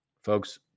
Folks